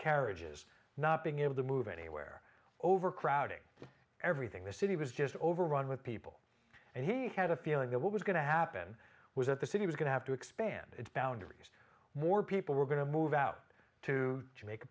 carriages not being able to move anywhere overcrowding everything the city was just overrun with people and he had a feeling that what was going to happen was that the city was going to have to expand its boundaries more people were going to move out to jamaica